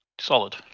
Solid